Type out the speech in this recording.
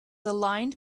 aligned